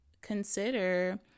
consider